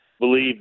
believe